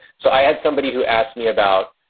so i had somebody who asked me about,